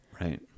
Right